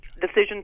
decision